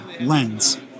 lens